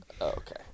Okay